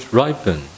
ripen